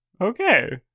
Okay